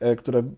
które